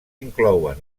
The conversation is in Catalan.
inclouen